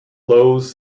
loews